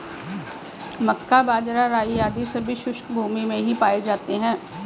मक्का, बाजरा, राई आदि सभी शुष्क भूमी में ही पाए जाते हैं